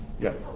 Yes